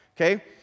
Okay